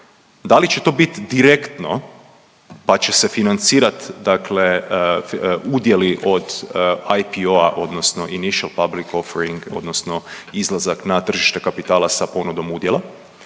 Da li će to biti direktno pa će se financirati udjeli od IPO-a odnosno initial public offering odnosno izlazak na tržište kapitala sa ponudom udjela